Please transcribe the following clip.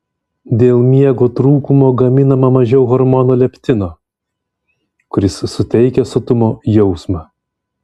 dėl miego trūkumo gaminama mažiau hormono leptino kuris suteikia sotumo jausmą